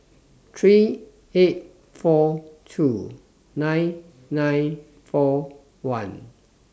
three eight four two nine nine four one